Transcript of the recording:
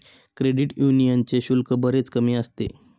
credit यूनियनचे शुल्क बरेच कमी असते